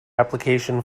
application